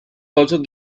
also